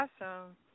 awesome